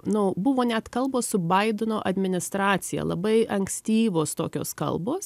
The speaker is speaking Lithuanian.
nu buvo net kalbos su baideno administracija labai ankstyvos tokios kalbos